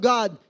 God